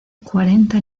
cuarenta